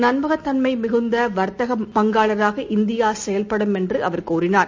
நம்பகத் தன்மைமிகுந்தவர்த்தக பங்காளராக இந்தியாசெயல்படும் என்றுஅவர் கூறினார்